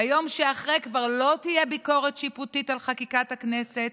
ביום שאחרי כבר לא תהיה ביקורת שיפוטית על חקיקת הכנסת,